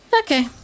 okay